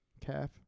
calf